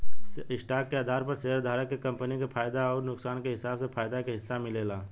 stock के आधार पर शेयरधारक के कंपनी के फायदा अउर नुकसान के हिसाब से फायदा के हिस्सा मिलेला